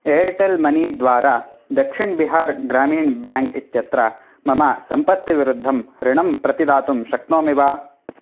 Airtel money द्वारा Dakshin Bihar Gramin Bank इत्यत्र मम सम्पत्तिविरुद्धं ऋणं प्रतिदातुं शक्नोमि वा